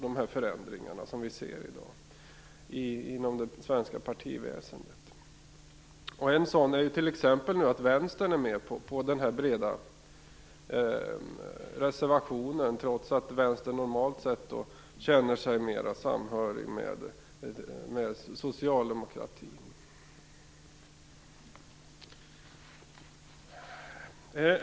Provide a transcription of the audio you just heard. De förändringar vi ser i dag inom det svenska partiväsendet kan i sig också ha positiva effekter. En sådan är att Vänstern är med på den breda reservationen, trots att Vänstern normalt sett känner sig mera samhörigt med socialdemokratin.